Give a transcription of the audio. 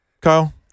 Kyle